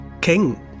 king